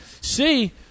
see